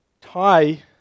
Thai